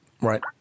Right